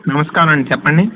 నమస్కారం చెప్పండి